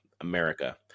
America